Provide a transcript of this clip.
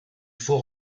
faut